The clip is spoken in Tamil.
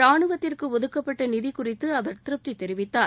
ரானுவத்திற்கு ஒதுக்கப்பட்ட நிதி குறித்து அவர் திருப்தி தெரிவித்தார்